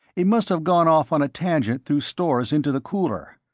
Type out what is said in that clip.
it must have gone off on a tangent through stores into the cooler.